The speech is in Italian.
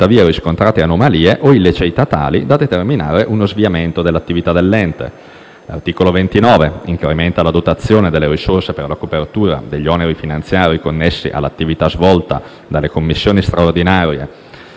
riscontrate anomalie o illiceità tali da determinare uno sviamento dell'attività dell'ente. L'articolo 29 incrementa la dotazione delle risorse per la copertura degli oneri finanziari connessi all'attività svolta dalle commissioni straordinarie